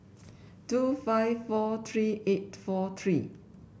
two five four three eight four three